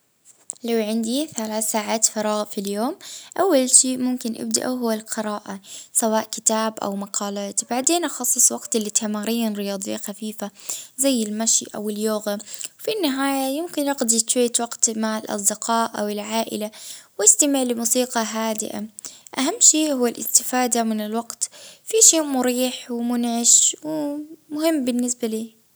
اه نجسم الوجت بين القراءة اه شوية رياضة وشوية نتعلم حاجة جديدة، اه زي مثلا لغة ولا مهارة جديدة.